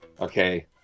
Okay